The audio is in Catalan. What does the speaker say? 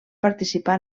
participar